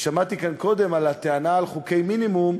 ושמעתי כאן קודם את הטענה על חוקי מינימום,